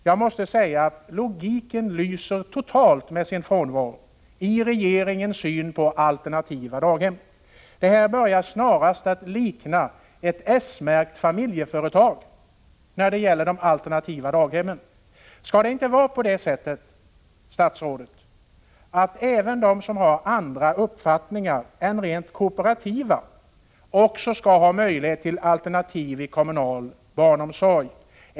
Jag måste säga att logiken totalt lyser med sin frånvaro i regeringens syn på alternativa daghem. Det här börjar likna ett s-märkt familjeföretag när det gäller de alternativa daghemmen. Skall det inte vara på det sättet, statsrådet, att även de som har andra uppfattningar än rent kooperativa skall ha möjlighet till alternativ i kommunal barnomsorg?